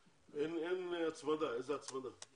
אין הצמדה, איזה הצמדה?